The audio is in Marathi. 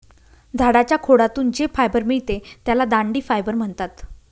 झाडाच्या खोडातून जे फायबर मिळते त्याला दांडी फायबर म्हणतात